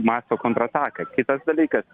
masto kontrataką kitas dalykas